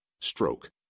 Stroke